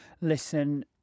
listen